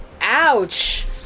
Ouch